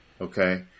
Okay